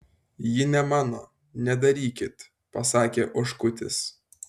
ji ne mano nedarykit pasakė oškutis